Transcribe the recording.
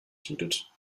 judith